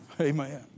Amen